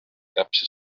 täpse